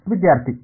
ವಿದ್ಯಾರ್ಥಿ 1